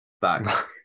back